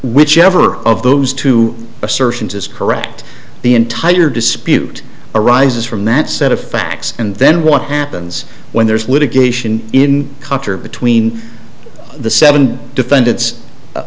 whichever of those two assertions is correct the entire dispute arises from that set of facts and then what happens when there's litigation in culture between the seven defendants